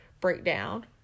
breakdown